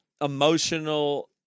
emotional